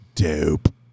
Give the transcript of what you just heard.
Dope